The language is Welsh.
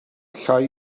llai